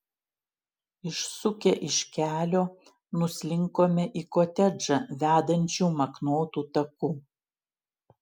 išsukę iš kelio nuslinkome į kotedžą vedančiu maknotu taku